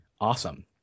awesome